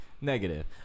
Negative